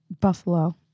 Buffalo